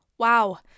Wow